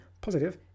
positive